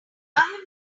have